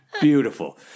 Beautiful